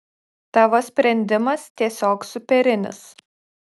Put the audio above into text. tavo sprendimas tiesiog superinis